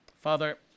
Father